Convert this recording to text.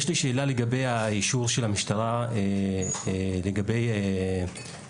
יש לי שאלה לגבי האישור של המשטרה לגבי בעלויות,